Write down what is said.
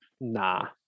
Nah